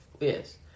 Yes